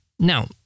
Now